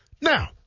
Now